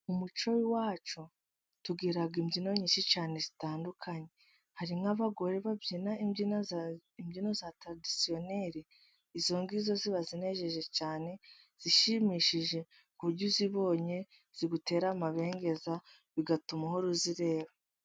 Mu muco w'iwacu tugira imbyino nyinshi cyane zitandukanye, hari nk'abagore babyina imbyino za taradisiyoneri izo zo ziba zinejeje cyane, zishimishije ku buryo uzibonye zigutera amabengeza bigatuma uhora uzireba.